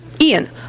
Ian